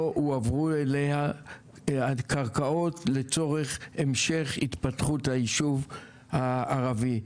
לא הועברו אליה קרקעות לצורך המשך התפתחות ליישוב הערבי.